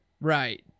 right